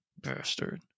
bastard